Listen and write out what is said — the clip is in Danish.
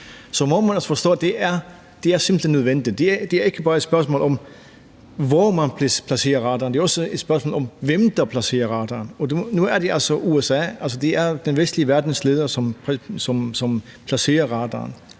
så må man altså forstå, at det simpelt hen er nødvendigt. Det er ikke bare et spørgsmål om, hvor man placerer radaren. Det er også et spørgsmål om, hvem der placerer radaren, og nu er det altså USA. Altså, det er den vestlige verdens leder, som placerer radaren